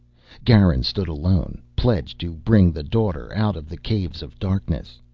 garin stood alone, pledged to bring the daughter out of the caves of darkness.